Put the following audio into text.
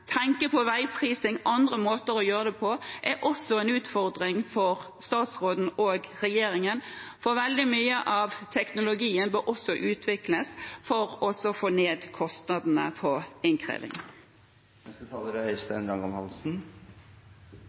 på veiprising og andre måter å gjøre det på er en utfordring for statsråden og regjeringen, for veldig mye av teknologien bør også utvikles for å få ned kostnadene